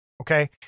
Okay